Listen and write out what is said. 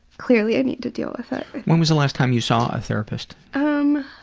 clearly, i need to deal with it. when was the last time you saw a therapist? um,